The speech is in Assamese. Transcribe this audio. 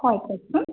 হয় কওকচোন